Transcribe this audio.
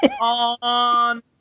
on